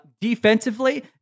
defensively